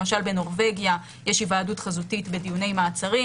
למשל, בנורבגיה יש היוועדות חזותית בדיוני מעצרים.